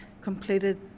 completed